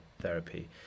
therapy